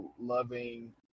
loving